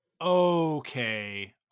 okay